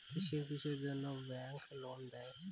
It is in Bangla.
কিসের কিসের জন্যে ব্যাংক লোন দেয়?